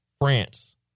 France